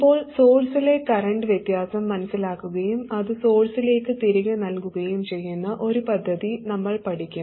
ഇപ്പോൾ സോഴ്സിലെ കറന്റ് വ്യത്യാസം മനസിലാക്കുകയും അത് സോഴ്സിലേക്ക് തിരികെ നൽകുകയും ചെയ്യുന്ന ഒരു പദ്ധതി നമ്മൾ പഠിക്കും